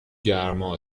گرما